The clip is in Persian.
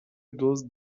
دزد